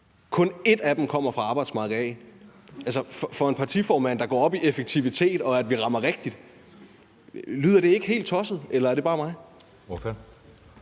kun en af dem fra arbejdsmarkedet. Altså, for en partiformand, der går op i effektivitet og i, at vi rammer rigtigt, lyder det så ikke helt tosset? Eller er det bare mig?